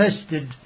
tested